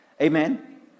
Amen